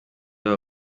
babo